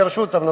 יגרשו אותן.